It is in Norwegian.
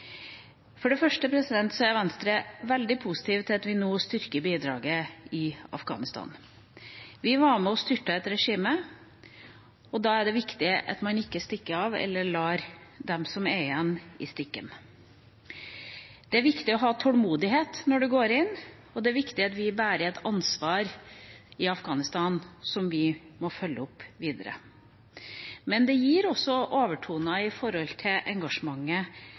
er veldig positive til at vi nå styrker bidraget i Afghanistan. Vi var med og styrtet et regime, og da er det viktig at man ikke stikker av eller lar dem som er igjen, i stikken. Det er viktig å ha tålmodighet når en går inn, og det er viktig at vi bærer et ansvar i Afghanistan som vi må følge opp videre. Men det gir også overtoner for engasjementet som det nå åpnes for i